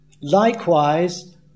Likewise